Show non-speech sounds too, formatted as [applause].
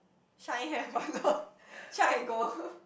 shine have [one] lor shine I go [noise]